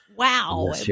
Wow